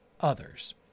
others